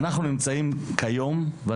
אנחנו נמצאים היום במצב מסוכן.